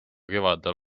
kevadel